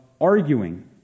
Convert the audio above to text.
arguing